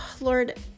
Lord